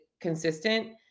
consistent